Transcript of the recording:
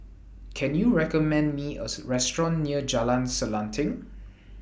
Can YOU recommend Me A Restaurant near Jalan Selanting